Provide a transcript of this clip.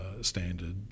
standard